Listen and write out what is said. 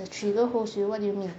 the trigger holds you what do you mean